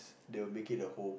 they'll make it a home